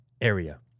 area